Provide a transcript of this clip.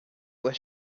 was